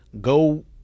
go